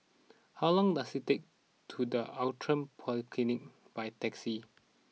how long does it take to the Outram Polyclinic by taxi